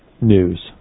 news